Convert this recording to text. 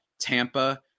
Tampa